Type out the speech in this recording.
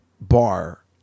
bar